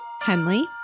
Henley